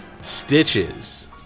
Stitches